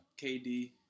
KD